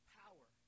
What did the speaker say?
power